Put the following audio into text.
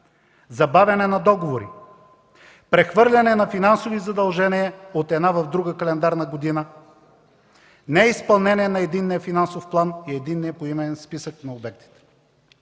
Забавяне на договори, прехвърляне на финансови задължения от една в друга календарна година. Неизпълнение на единния финансов план и единния поименен списък на обектите.